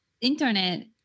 internet